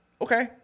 okay